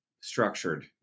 structured